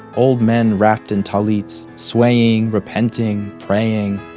old men wrapped in tallits, swaying, repenting, praying.